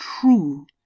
true